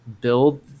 build